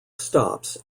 stops